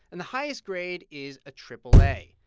and the highest grade is a triple a,